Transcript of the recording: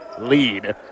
lead